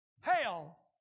Hell